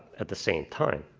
at the same time.